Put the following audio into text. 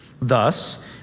Thus